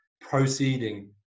proceeding